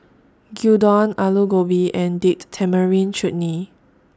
Gyudon Alu Gobi and Date Tamarind Chutney